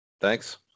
thanks